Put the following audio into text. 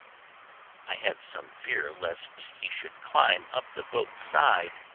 i had some fear lest he should climb up the boat's side,